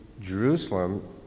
Jerusalem